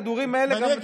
הכדורים האלה גם,